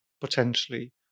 potentially